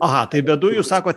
aha tai be dujų sakot